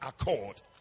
accord